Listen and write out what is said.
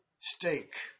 steak